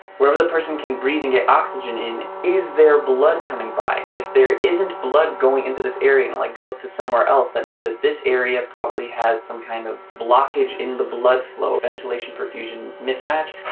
whatever the person can breathe and get oxygen in is there blood coming by and if there isn't blood going into this area and like goes to somewhere else that means that this area probably has some kind of blockage in the blood flow ventilation perfusion mismatch